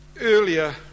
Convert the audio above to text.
earlier